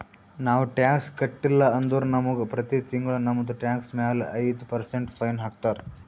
ನಾವು ಟ್ಯಾಕ್ಸ್ ಕಟ್ಟಿಲ್ಲ ಅಂದುರ್ ನಮುಗ ಪ್ರತಿ ತಿಂಗುಳ ನಮ್ದು ಟ್ಯಾಕ್ಸ್ ಮ್ಯಾಲ ಐಯ್ದ ಪರ್ಸೆಂಟ್ ಫೈನ್ ಹಾಕ್ತಾರ್